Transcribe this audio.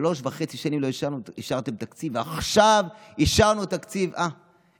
שלוש שנים וחצי לא אישרתם תקציב ועכשיו אישרנו תקציב,